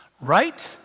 Right